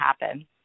happen